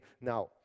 Now